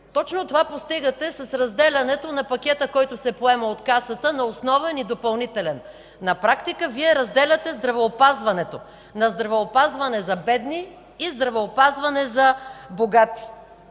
Точно това постигате с разделянето на пакета, който се поема от Касата, на основен и допълнителен. На практика Вие разделяте здравеопазването на здравеопазване за бедни и здравеопазване за богати.